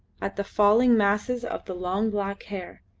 at the falling masses of the long black hair.